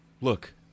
Look